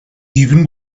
even